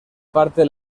parte